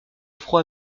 afro